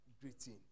greeting